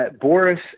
Boris